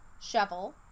shovel